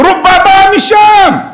רובה באה משם.